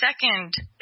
second